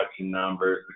numbers